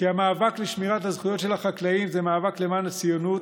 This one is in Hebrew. כי המאבק לשמירת הזכויות של החקלאים זה מאבק למען הציונות,